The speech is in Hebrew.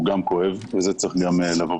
כואב, גם את זה צריך לומר.